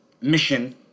mission